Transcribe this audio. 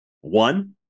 one